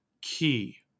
key